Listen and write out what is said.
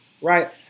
right